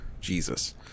Jesus